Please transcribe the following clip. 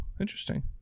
interesting